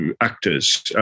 actors